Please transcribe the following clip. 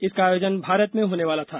इसका आयोजन भारत में होने वाला था